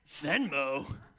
Venmo